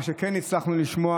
מה שכן הצלחנו לשמוע,